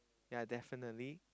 yea definitely